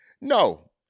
No